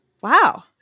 wow